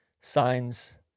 signs